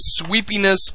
sweepiness